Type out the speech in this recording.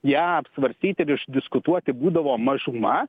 ją apsvarstyti diskutuoti būdavo mažuma